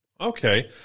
Okay